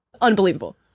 Unbelievable